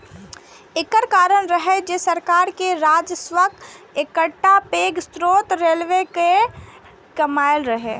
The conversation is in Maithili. एकर कारण रहै जे सरकार के राजस्वक एकटा पैघ स्रोत रेलवे केर कमाइ रहै